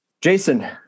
Jason